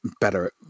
better